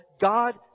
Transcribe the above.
God